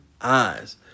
eyes